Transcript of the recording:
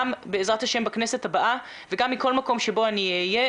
בעזרת השם בכנסת הבאה וגם מכל מקום בו אני אהיה,